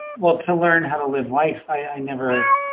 well, to learn how to live life. i never,